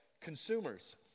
consumers